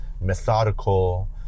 methodical